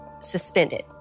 suspended